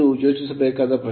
ಇದು ಯೋಚಿಸಬೇಕಾದ ಪ್ರಶ್ನೆ